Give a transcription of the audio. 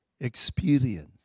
experience